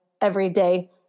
everyday